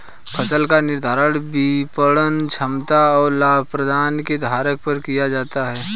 फसल का निर्धारण विपणन क्षमता और लाभप्रदता के आधार पर किया जाता है